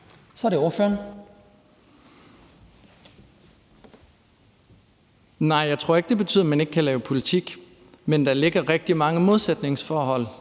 Hommeltoft (S): Nej, jeg tror ikke, det betyder, at man ikke kan lave politik, men der ligger rigtig mange modsætningsforhold,